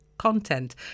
content